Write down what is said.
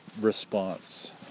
response